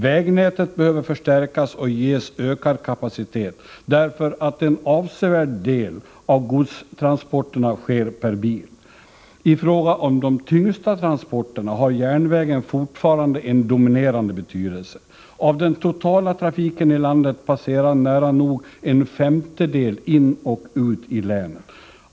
Vägnätet behöver förstärkas och ges ökad kapacitet därför att en avsevärd del av godstransporterna sker per bil. I fråga om de tyngsta transporterna har järnvägen fortfarande en dominerande betydelse. Av den totala trafiken i landet passerar nära nog en femtedel genom länet.